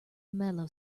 mellow